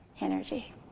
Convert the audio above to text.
energy